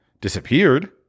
Disappeared